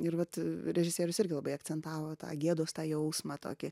ir vat režisierius irgi labai akcentavo tą gėdos tą jausmą tokį